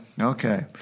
Okay